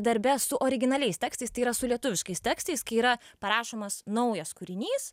darbe su originaliais tekstais tai yra su lietuviškais tekstais kai yra parašomas naujas kūrinys